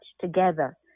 together